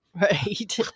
Right